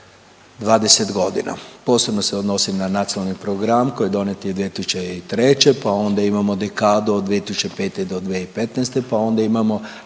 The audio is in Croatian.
20 godina. Posebno se odnosi na nacionalni program koji je donijet 2003., pa onda imamo dekadu od 2005. do 2015. pa onda imamo